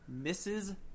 Mrs